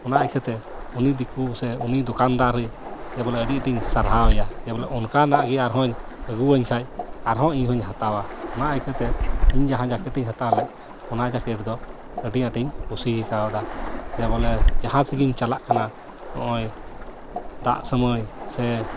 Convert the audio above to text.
ᱚᱱᱟ ᱤᱠᱷᱟᱹᱛᱮ ᱩᱱᱤ ᱫᱤᱠᱩ ᱥᱮ ᱩᱱᱤ ᱫᱚᱠᱟᱱᱫᱟᱨ ᱡᱮᱵᱚᱞᱮ ᱟᱹᱰᱤ ᱟᱸᱴᱤᱧ ᱥᱟᱨᱦᱟᱣᱭᱟ ᱡᱮᱵᱚᱞᱮ ᱚᱱᱠᱟᱱᱟᱜ ᱜᱮ ᱟᱨᱦᱚᱧ ᱟᱹᱜᱩᱣᱟᱹᱧ ᱠᱷᱟᱱ ᱟᱨᱦᱚᱸ ᱤᱧ ᱦᱚᱧ ᱦᱟᱛᱟᱣᱟ ᱚᱱᱟ ᱤᱠᱷᱟᱹᱛᱮ ᱤᱧ ᱡᱟᱦᱟᱸ ᱡᱟᱠᱮᱴ ᱤᱧ ᱦᱟᱛᱟᱣ ᱞᱮᱫ ᱚᱱᱟ ᱡᱟᱠᱮᱴ ᱫᱚ ᱟᱹᱰᱤ ᱟᱸᱴᱤᱧ ᱠᱩᱥᱤ ᱠᱟᱣᱫᱟ ᱡᱮᱵᱚᱞᱮ ᱡᱟᱦᱟᱸ ᱥᱮᱫ ᱜᱮᱧ ᱪᱟᱞᱟᱜ ᱠᱟᱱᱟ ᱱᱚᱜᱼᱚᱭ ᱫᱟᱜ ᱥᱩᱢᱟᱹᱭ ᱥᱮ